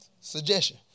Suggestion